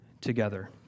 together